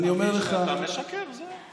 אני אמרתי שאתה משקר, זהו.